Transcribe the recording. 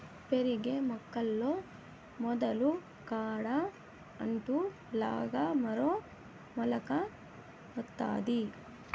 పెరిగే మొక్కల్లో మొదలు కాడ అంటు లాగా మరో మొలక వత్తాది